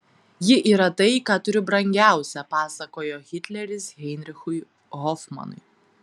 ji yra tai ką turiu brangiausia pasakojo hitleris heinrichui hofmanui